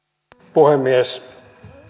puhemies